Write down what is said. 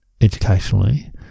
educationally